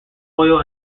oil